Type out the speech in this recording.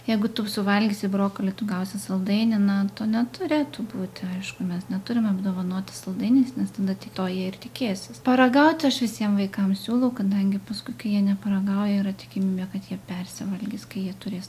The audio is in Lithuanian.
jeigu tu suvalgysi brokolį tu gausi saldainį na to neturėtų būti aišku mes neturime apdovanoti saldainiais nes tada tik to jie ir tikėsis paragauti aš visiem vaikam siūlau kadangi paskui kai jie neparagauja yra tikimybė kad jie persivalgys kai jie turės